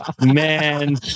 Man